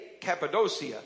Cappadocia